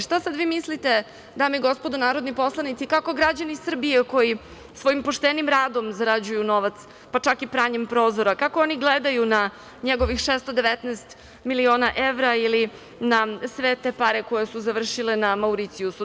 Šta sada vi mislite, dame i gospodo narodni poslanici, kako građani Srbije koji svojim poštenim radom zarađuju novac, pa čak i pranjem prozora, kako oni gledaju na njegovih 619 miliona evra ili na sve te pare koje su završile na Mauricijusu?